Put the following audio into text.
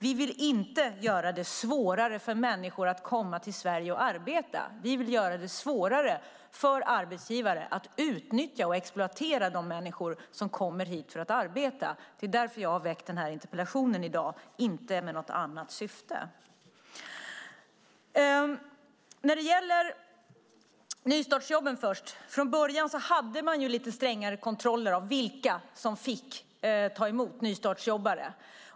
Vi vill inte göra det svårare för människor att komma till Sverige och arbeta. Vi vill göra det svårare för arbetsgivare att utnyttja och exploatera de människor som kommer hit för att arbeta. Det är därför jag har väckt interpellationen, inte i något annat syfte. Från början hade man lite strängare kontroller av vilka som fick ta emot nystartsjobbare.